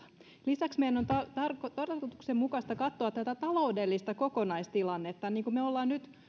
lisäksi meidän on tarkoituksenmukaista katsoa tätä taloudellista kokonaistilannetta niin kuin me olemme nyt